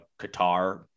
Qatar